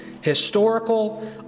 historical